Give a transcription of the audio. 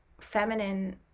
feminine